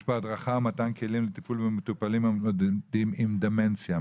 יש בהדרכה מתן כלים לטיפול במטופלים שמתמודדים עם דמנציה,